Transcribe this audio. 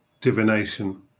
divination